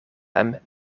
hem